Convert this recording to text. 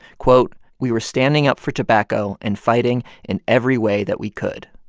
quote, we were standing up for tobacco and fighting in every way that we could.